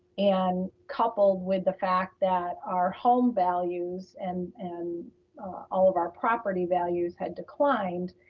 and coupled with the fact that our home values and and all of our property values had declined,